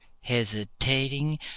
hesitating